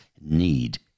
need